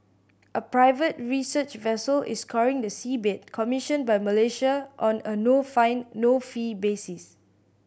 a private research vessel is scouring the seabed commissioned by Malaysia on a no find no fee basis